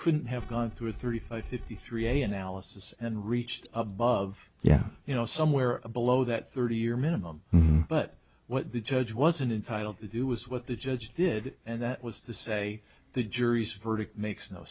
couldn't have gone through thirty five fifty three analysis and reached above yeah you know somewhere below that thirty year minimum but what the judge wasn't entitle to do was what the judge did and that was to say the jury's verdict makes no